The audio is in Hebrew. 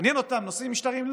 מעניין אותם נושאים משטריים?